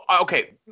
Okay